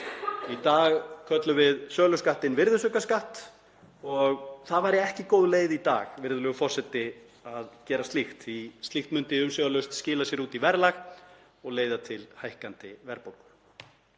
Í dag köllum við söluskattinn virðisaukaskatt og það væri ekki góð leið í dag, virðulegur forseti, að gera slíkt því slíkt myndi umsvifalaust skila sér út í verðlag og leiða til hækkandi verðbólgu.